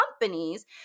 companies